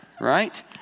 right